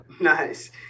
Nice